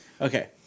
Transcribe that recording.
Okay